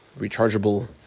rechargeable